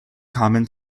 kamen